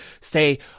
say